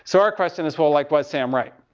so our question is well, like, was sam right?